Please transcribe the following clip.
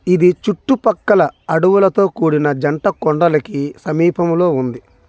ఇది చుట్టుపక్కల అడవులతో కూడిన జంట కొండలకి సమీపంలో ఉంది